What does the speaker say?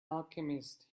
alchemist